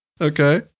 Okay